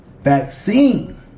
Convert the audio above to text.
vaccine